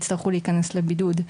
יצטרכו להיכנס לבידוד.